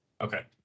Okay